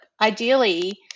ideally